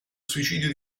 suicidio